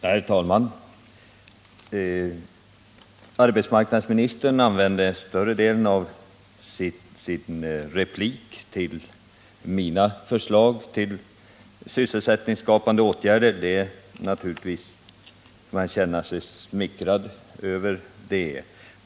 Herr talman! Arbetsmarknadsministern använde större delen av sin replik till mina förslag om sysselsättningsskapande åtgärder. Man får naturligtvis känna sig smickrad över det.